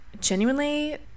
genuinely